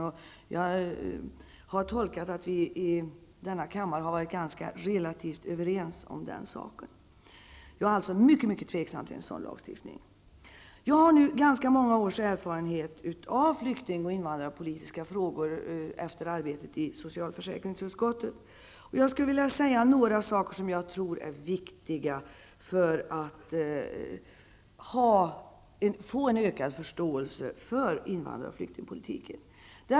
Jag har gjort tolkningen att vi i denna kammare har varit relativt överens om den saken. Jag är alltså mycket, mycket tveksam till en sådan lagstiftning. Jag har ganska många års erfarenhet av flyktingfrågor och invandrarpolitiska frågor, efter arbetet i socialförsäkringsutskottet. Jag skulle vilja säga några saker som jag tror är viktiga för att vi skall få en ökad förståelse för invandrar och flyktingpolitiken.